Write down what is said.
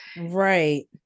right